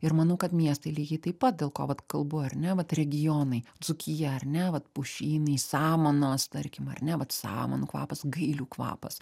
ir manau kad miestai lygiai taip pat dėl ko vat kalbu ar ne vat regionai dzūkija ar ne vat pušynai samanos tarkim ar ne vat samanų kvapas gailių kvapas